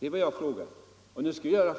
Det är vad jag har frågat tidigare.